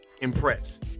Impress